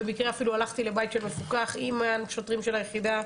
במקרה אפילו הלכתי לבית של מפוקח עם השוטרים של היחידה,